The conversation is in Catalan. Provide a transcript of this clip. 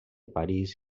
parís